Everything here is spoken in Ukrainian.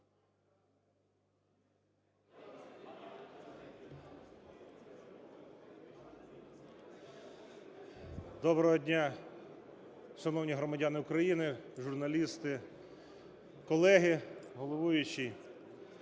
Доброго дня, шановні громадяни України, журналісти, колеги, головуючий.